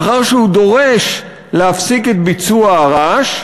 לאחר שהוא דורש להפסיק את ביצוע הרעש,